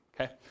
okay